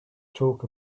talk